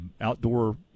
outdoor